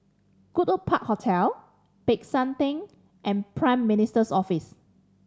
Goodwood Park Hotel Peck San Theng and Prime Minister's Office